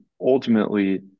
ultimately